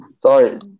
Sorry